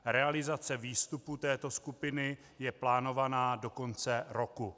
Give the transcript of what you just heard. Realizace výstupu této skupiny je plánována do konce roku.